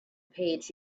page